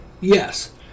Yes